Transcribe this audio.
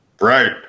right